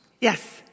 Yes